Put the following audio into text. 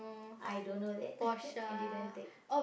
I don't know that I didn't take